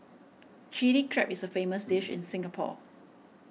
Chilli Crab is a famous dish in Singapore